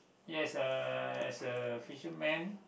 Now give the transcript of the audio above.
yes uh as a fisherman